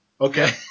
Okay